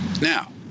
Now